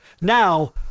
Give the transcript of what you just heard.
Now